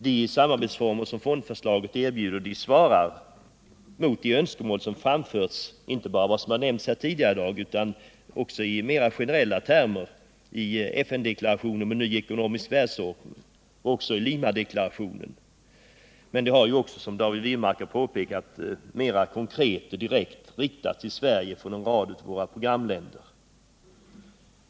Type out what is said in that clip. De samarbetsformer som fondförslaget erbjuder svarar mot de önskemål som inte bara framförts, som nämnts här tidigare i dag, i generella termer såsom i FN deklarationen om en ny ekonomisk världsordning och i Limadeklarationen, utan också, som David Wirmark har påpekat, mer konkret och direkt riktats till Sverige från en rad av våra programländer.